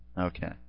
Okay